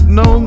no